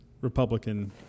Republican